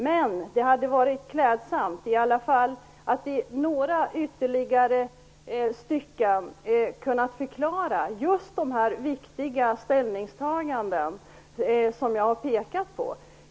Men det hade varit klädsamt om utskottet i några ytterligare stycken hade kunnat förklara just dessa viktiga ställningstaganden som jag har pekat på.